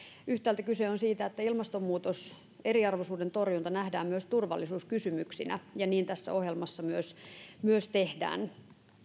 yhtäältä kyse on siitä että ilmastonmuutos ja eriarvoisuuden torjunta nähdään myös turvallisuuskysymyksinä ja niin tässä ohjelmassa myös myös tehdään